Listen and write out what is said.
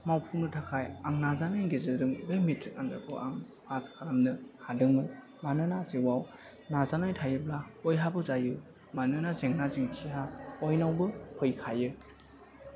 मावफुंनो थाखाय आं नाजानायनि गेजेरजों बे मेट्रिक आनजादखौ आं फास खालामनो हादोंमोन मानोना जिउआव नाजानाय थायोब्ला बयहाबो जायो मानोना जेंना जेंसिया बयनावबो फैखायो